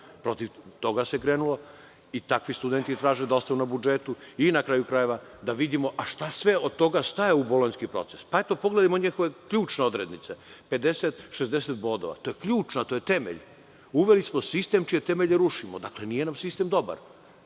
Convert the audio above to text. protiv toga se krenulo i takvi studenti traže da ostanu na budžetu. Na kraju krajeva, da vidimo šta sve od toga staje u Bolonjski proces. Pogledajmo njihove ključne odredice, 50-60 bodova, to je temelj. Uveli smo sistem čije temelje rušimo, dakle nije sistem dobar.